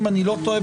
אם לא טועה,